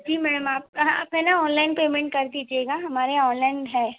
जी ma'am आप आप है ना ऑनलाइन पेमेंट कर दीजिएगा हमारे यहाँ ऑनलाइन है